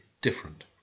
different